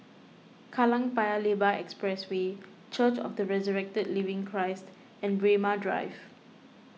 Kallang Paya Lebar Expressway Church of the Resurrected Living Christ and Braemar Drive